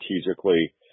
strategically